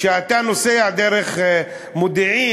כשאתה נוסע דרך מודיעין,